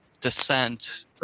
descent